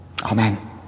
Amen